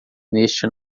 neste